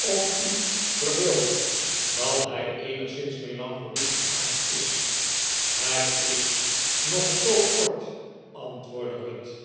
of u verbeeld dat hij eenigszins melancholiek van aard is het is nog zoo kort antwoordde ruth